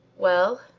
well?